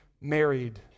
married